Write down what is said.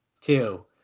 two